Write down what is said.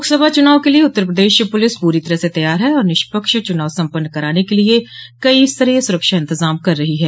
लोकसभा चुनाव के लिये उत्तर प्रदेश पुलिस पूरी तरह से तैयार है और निष्पक्ष चुनाव सम्पन्न कराने के लिये कई स्तरीय सुरक्षा इंतजाम कर रही है